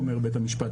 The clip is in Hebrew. אומר בית המשפט.